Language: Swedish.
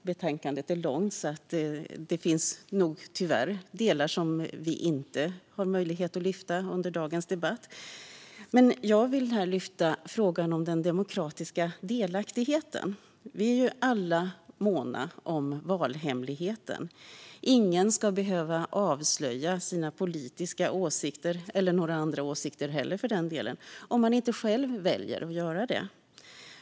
Betänkandet är långt, och därför finns tyvärr delar som vi inte har möjlighet att lyfta fram under dagens debatt. Jag vill här lyfta upp frågan om den demokratiska delaktigheten. Vi är ju alla måna om valhemligheten. Ingen ska behöva avslöja sina politiska åsikter - eller andra åsikter heller, för den delen - om man inte själv väljer att göra det.